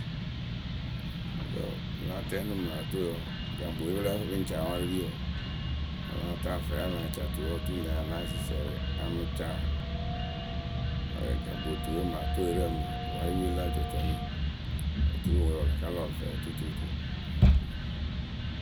Mɨŋkǝ́ pɨ láa tɛŋ onuŋ marɨtoyǝ wǝǝ gakpoyǝ we pɨ lǝ́ǝ fɨ pɨ ŋ ca awarɨpiyǝ wǝǝ a láa fɛɛwǝ we a lah ca tuwǝ we wǝǝ oturu ŋlë a ya láa yɩrɩ sɩsiɛrɩ a mɨ ca. Gakpotuwǝwe marɨtoyǝ we rɨ warɨpirǝ we la jɔjɔnuyǝ oturu ŋwe wɨ la ka lɔ rɨ fɛɛwǝ we tututu.